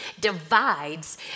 divides